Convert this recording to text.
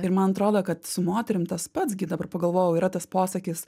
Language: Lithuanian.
ir man atrodo kad su moterim tas pats gi dabar pagalvojau yra tas posakis